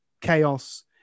chaos